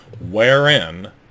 wherein